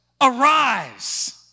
arise